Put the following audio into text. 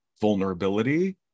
vulnerability